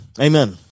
amen